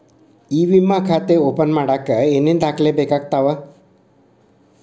E ವಿಮಾ ಖಾತೆ open ಮಾಡಕ ಏನೇನ್ ದಾಖಲೆ ಬೇಕಾಗತವ